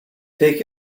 take